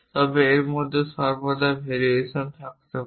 তবে এর মধ্যে সর্বদা ভেরিয়েশন থাকতে পারে